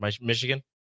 Michigan